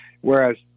Whereas